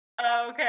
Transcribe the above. Okay